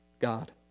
God